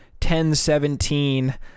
10.17